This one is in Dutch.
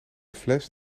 fles